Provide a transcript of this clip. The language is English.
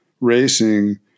racing